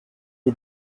les